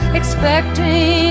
expecting